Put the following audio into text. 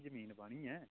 जमीन बाह्नी ऐ